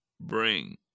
bring